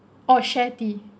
oh share tea